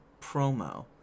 promo